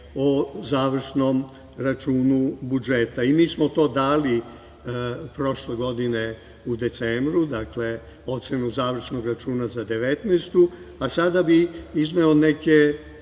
o Završnom računu budžeta. Mi smo to dali prošle godine u decembru. Dakle, ocenu Završnog računa za 2019. godinu, a sada bih izneo neke